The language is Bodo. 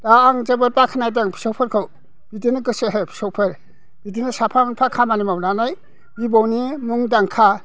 दा आं जोबोद बाख्नायदों फिसौफोरखौ बिदिनो गोसो हो फिसौफोर बिदिनो साफा मोनफा खामानि मावनानै बिबौनि मुंदांखा